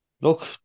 look